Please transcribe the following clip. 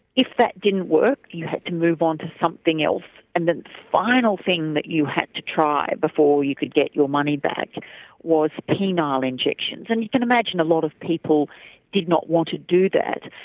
if that didn't work you had to move onto something else. and the final thing that you had to try before you could get your money back was penile injections. and you can imagine a lot of people did not want to do that.